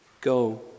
Go